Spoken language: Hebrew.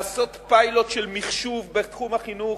לעשות פיילוט של מחשוב בתחום החינוך,